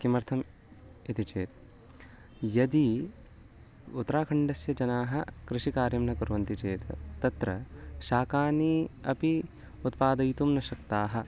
किमर्थम् इति चेत् यदि उत्राखण्डस्य जनाः कृषिकार्यं न कुर्वन्ति चेत् तत्र शाकानि अपि उत्पादयितुं न शक्ताः